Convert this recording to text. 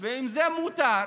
ואם זה מותר,